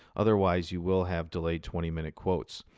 otherwise, you will have delayed twenty minute quotes.